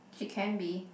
she can be